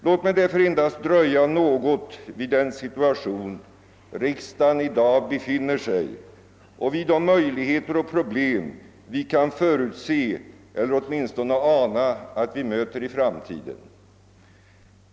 Låt mig därför endast dröja något vid den situation riksdagen i dag befinner sig i och vid de möjligheter och problem vi kan förutse eller åtminstone ana att vi möter i framtiden.